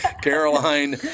Caroline